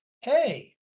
Hey